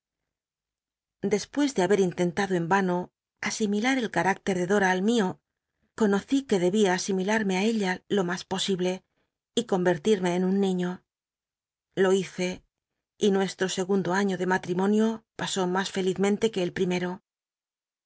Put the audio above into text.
despucs de haber intentado en vano asimila el carácter de dora al mio conocí que debía asimilarme á ella lo mas osiblc y comcrtirmc en un niño lo hice y nuestro segundo año de matrimonio pasó mas felizmente iuc el primero